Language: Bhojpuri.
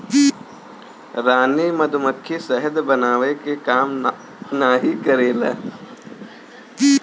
रानी मधुमक्खी शहद बनावे के काम नाही करेले